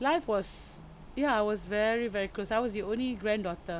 life was ya I was very very close I was the only granddaughter